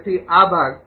તેથી આ ભાગ